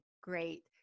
great